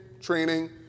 training